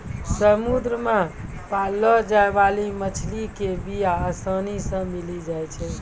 समुद्र मे पाललो जाय बाली मछली के बीया आसानी से मिली जाई छै